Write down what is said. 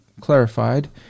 clarified